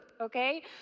okay